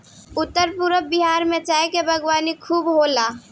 उत्तर पूरब भारत में चाय के बागवानी खूब होला